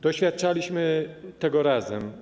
Doświadczaliśmy tego razem.